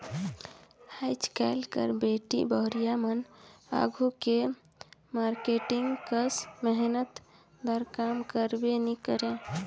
आएज काएल कर बेटी बहुरिया मन आघु के मारकेटिंग कस मेहनत दार काम करबे नी करे